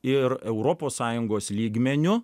ir europos sąjungos lygmeniu